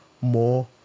more